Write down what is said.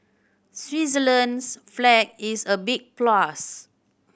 Switzerland's flag is a big plus